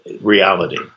reality